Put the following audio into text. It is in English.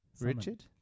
Richard